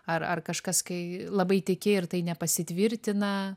ar ar kažkas kai labai tiki ir tai nepasitvirtina